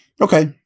Okay